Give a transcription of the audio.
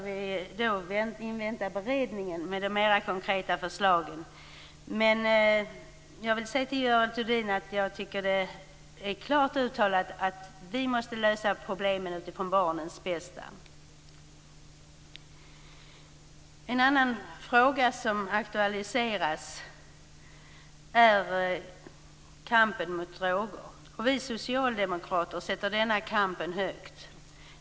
Vi måste invänta beredningen av de konkreta förslagen. Jag vill säga till Görel Thurdin att jag tycker att det är klart uttalat att vi måste lösa problemen utifrån barnens bästa. En annan fråga som aktualiseras är kampen mot droger. Vi socialdemokrater sätter denna kamp högt.